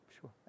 Sure